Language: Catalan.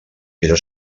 era